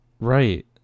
Right